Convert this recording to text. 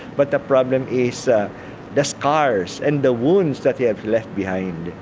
but the problem is the the scars and the wounds that they have left behind.